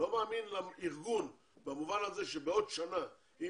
אני לא מאמין לארגון במובן הזה שבעוד שנה אם